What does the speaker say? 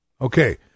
Okay